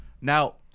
Now